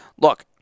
look